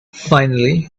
finally